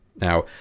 Now